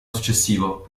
successivo